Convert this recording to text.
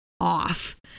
off